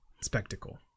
spectacle